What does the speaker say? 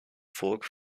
folk